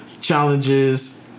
challenges